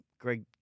Greg